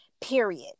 period